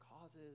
causes